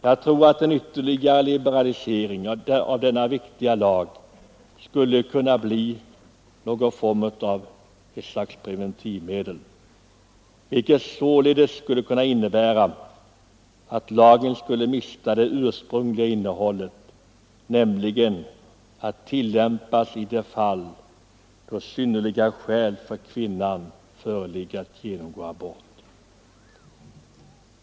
Jag tror att en ytterligare liberalisering skulle kunna göra denna viktiga lag till någon form av preventivmedel, vilket således skulle innebära att det ursprungliga syftet med lagen gick förlorat, nämligen att den skulle tillämpas i de fall då synnerliga skäl för kvinnan föreligger att genomgå abort.